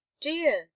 dear